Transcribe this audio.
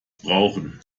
brauchen